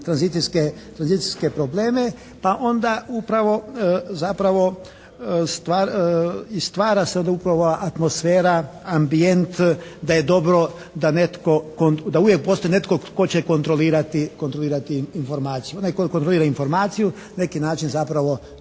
tranzicijske probleme. Pa onda upravo zapravo i stvara se onda upravo ova atmosfera, ambijent da je dobro da netko, da uvijek postoji netko tko će kontrolirati informaciju. Onaj tko kontrolira informaciju na neki način zapravo